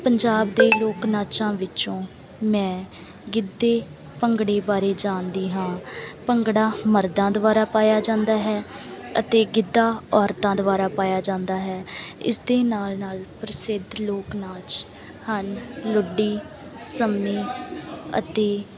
ਪੰਜਾਬ ਦੇ ਲੋਕ ਨਾਚਾਂ ਵਿੱਚੋਂ ਮੈਂ ਗਿੱਧੇ ਭੰਗੜੇ ਬਾਰੇ ਜਾਣਦੀ ਹਾਂ ਭੰਗੜਾ ਮਰਦਾਂ ਦੁਆਰਾ ਪਾਇਆ ਜਾਂਦਾ ਹੈ ਅਤੇ ਗਿੱਧਾ ਔਰਤਾਂ ਦੁਆਰਾ ਪਾਇਆ ਜਾਂਦਾ ਹੈ ਇਸ ਦੇ ਨਾਲ ਨਾਲ ਪ੍ਰਸਿੱਧ ਲੋਕ ਨਾਚ ਹਨ ਲੁੱਡੀ ਸੰਮੀ ਅਤੇ